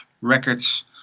records